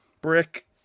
brick